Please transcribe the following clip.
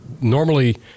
normally